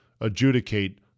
adjudicate